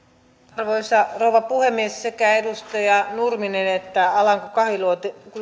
arvoisa rouva puhemies sekä edustaja nurminen että edustaja alanko kahiluoto